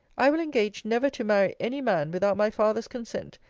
i will engage never to marry any man, without my father's consent,